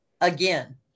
Again